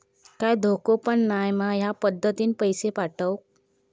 काय धोको पन नाय मा ह्या पद्धतीनं पैसे पाठउक?